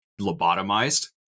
lobotomized